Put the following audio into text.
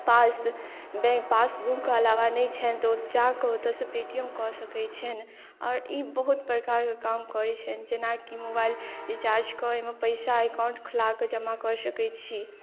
पास bank passbook हुनका लग नहि छनि तऽ जा कऽ ओतऽसँ पे टी एम कऽ सकै छनि आओर ई बहुत प्रकार के काम करै छनि जेनाकि मोबाइल रिचार्ज कऽ एहि मे पैसा एकाउंट खोला कऽ जमा कऽ सकै छी